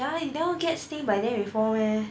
ya you never get sting by them before meh